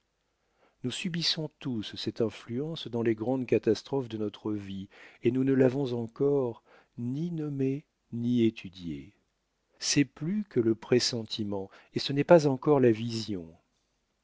nous subissons tous cette influence dans les grandes catastrophes de notre vie et nous ne l'avons encore ni nommée ni étudiée c'est plus que le pressentiment et ce n'est pas encore la vision